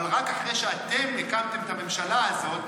אבל רק אחרי שאתם הקמתם את הממשלה הזאת,